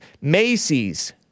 Macy's